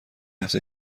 هفته